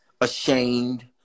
ashamed